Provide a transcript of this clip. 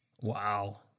Wow